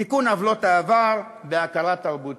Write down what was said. תיקון עוולת העבר והכרה תרבותית.